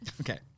Okay